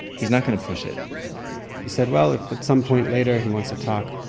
he's not going to push it he said, well, if at some point later, he wants to talk,